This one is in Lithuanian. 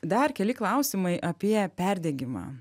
dar keli klausimai apie perdegimą